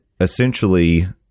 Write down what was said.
essentially